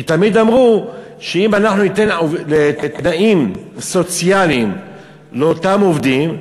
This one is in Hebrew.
כי תמיד אמרו שאם אנחנו ניתן תנאים סוציאליים לאותם עובדים,